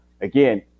Again